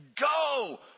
go